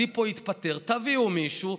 זיפו התפטר, תביאו מישהו.